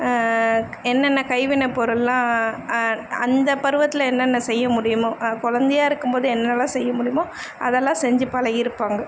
என்னென்ன கைவினை பொருளெலாம் அ அந்த பருவத்தில் என்னென்ன செய்ய முடியுமோ கொழந்தையா இருக்கும் போது என்னெல்லாம் செய்ய முடியுமோ அதெல்லாம் செஞ்சு பழகிருப்பாங்க